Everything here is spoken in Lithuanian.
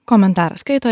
komentarą skaito